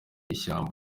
ishyamba